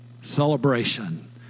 celebration